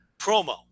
promo